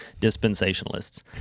dispensationalists